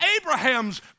Abraham's